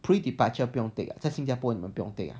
pre departure 不用 take 在新加坡你们不用 take